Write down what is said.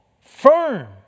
firm